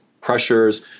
pressures